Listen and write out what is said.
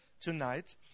tonight